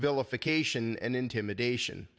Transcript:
vilification and intimidation